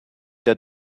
der